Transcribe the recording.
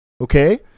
Okay